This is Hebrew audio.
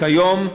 כיום,